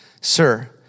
Sir